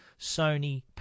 Sony